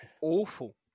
awful